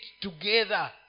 together